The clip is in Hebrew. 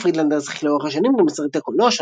בנוסף פרידלנדר שיחק לאורך השנים גם בסרטי קולנוע